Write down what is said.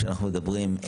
כשאנחנו מדברים,